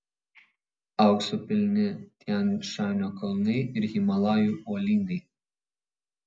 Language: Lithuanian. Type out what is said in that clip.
aukso pilni tian šanio kalnai ir himalajų uolynai